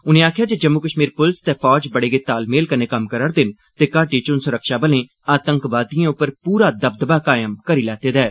उनें आखेआ जे जम्मू कश्मीर पुलस ते फौज बड़े गै तालमेल कन्नै कम्म करा'रदे न ते घाटी च हून सुरक्षाबलें आतंकवादिए उप्पर पूरा दबदबा कायम करी लैते दा ऐ